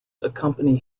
accompany